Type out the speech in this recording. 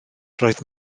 roedd